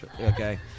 Okay